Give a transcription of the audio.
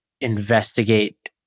investigate